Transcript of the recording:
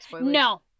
No